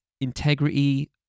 integrity